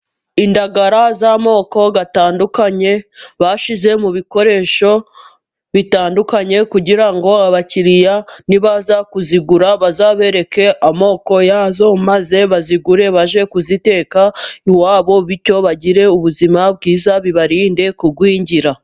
Indagara z'amoko atandukanye ,bashyize mu bikoresho bitandukanye ,kugira ngo abakiriya nibaza kuzigura bazabereke amoko yazo ,maze bazigure bajye kuziteka iwabo ,bityo bagire ubuzima bwiza bibarinde kugwingira.